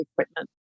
equipment